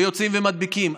ויוצאים ומדביקים.